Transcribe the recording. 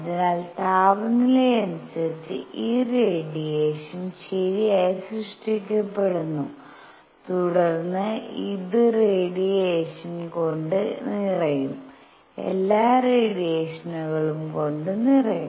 അതിനാൽ താപനിലയനുസരിച്ച് ഈ റേഡിയേഷൻ ശരിയായി സൃഷ്ടിക്കപ്പെടുന്നു തുടർന്ന് ഇത് റേഡിയേഷൻ കൊണ്ട് നിറയും എല്ലാ റേഡിയേഷങ്ങളും കൊണ്ട് നിറയും